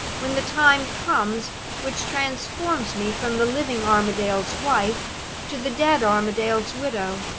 when the time comes which transforms me from the living armadale's wife to the dead armadale's widow?